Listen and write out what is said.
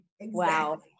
wow